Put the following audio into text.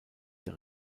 der